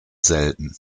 selten